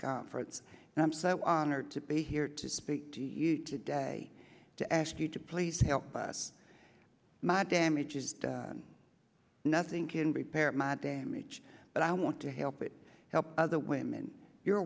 conference and i'm so honored to be here to speak to you today to ask you to please help us my damage is nothing can prepare my damage but i want to help it help other women your